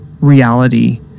reality